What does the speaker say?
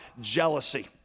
Jealousy